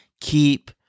Keep